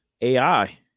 AI